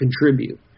contribute